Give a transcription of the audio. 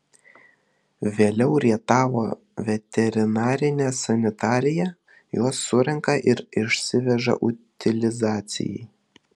vėliau rietavo veterinarinė sanitarija juos surenka ir išsiveža utilizacijai